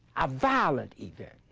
a violent event.